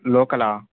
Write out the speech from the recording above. లోకలా